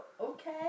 Okay